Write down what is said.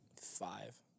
Five